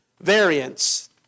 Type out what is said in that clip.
variance